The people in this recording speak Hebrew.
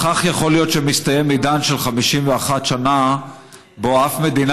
בכך יכול להיות שמסתיים עידן של 51 שנה שבו אף מדינה